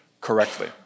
correctly